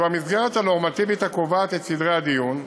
שהוא המסגרת הנורמטיבית הקובעת את סדרי הדיון,